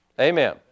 Amen